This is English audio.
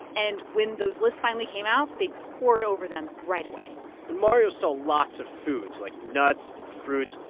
and when those lists finally came out, they poured over them right away and mario saw lots of foods, like nuts and fruits.